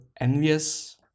envious